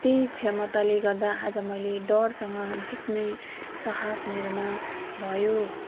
त्यही क्षमताले गर्दा आज मैले डरसँग जित्ने साहस मेरोमा भयो